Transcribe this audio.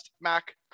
Mac